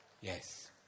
Yes